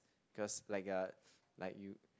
cause like a like you